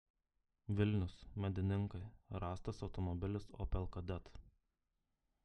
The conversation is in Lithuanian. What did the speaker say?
vilnius medininkai rastas automobilis opel kadett